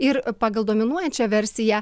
ir pagal dominuojančią versiją